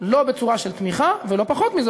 לא בצורה של תמיכה ולא פחות מזה,